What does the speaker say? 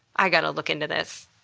i gotta look into this.